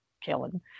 killing